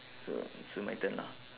so so my turn lah